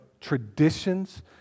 traditions